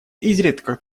изредка